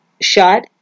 shot